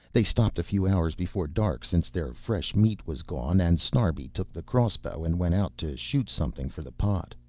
they stopped a few hours before dark since their fresh meat was gone, and snarbi took the crossbow and went out to shoot something for the pot.